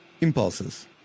impulses